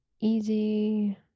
Easy